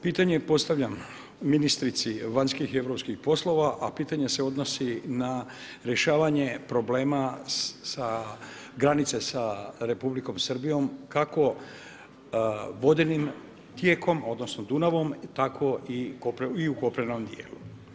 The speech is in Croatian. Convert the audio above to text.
Pitanje postavljam, ministrici vanjskih i europskih poslova, a pitanje se odnosi na rješavanje problema sa granice, sa Republikom Srbijom, kako vodenim tijekom, odnosno, Dunavom, tako i u kopnenom dijelu.